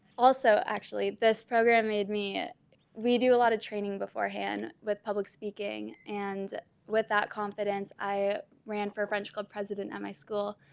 also, actually this program made me we do a lot of training beforehand with public speaking and with that confidence i ran for a french club president at my school,